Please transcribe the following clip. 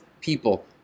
people